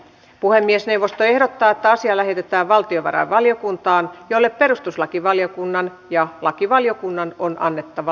puhemiesneuvosto ehdottaa että asia lähetetään valtiovarainvaliokuntaan jolle perustuslakivaliokunnan ja lakivaliokunnan on annettava lausunto